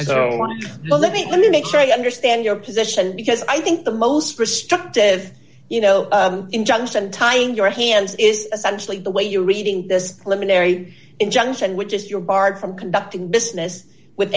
o let me let me make sure i understand your position because i think the most destructive you know injunction tying your hands is essentially the way you're reading this injunction which is your barred from conducting business with